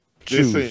Choose